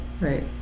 right